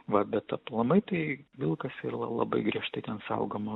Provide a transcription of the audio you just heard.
va bet aplamai tai vilkas yra la labai griežtai ten saugoma